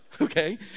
okay